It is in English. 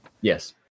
Yes